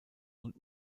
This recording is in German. und